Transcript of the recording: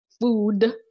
food